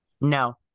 No